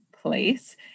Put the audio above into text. place